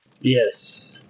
Yes